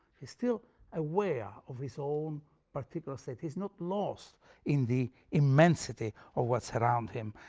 he's still aware of his own particular city. he's not lost in the immensity of what's around him,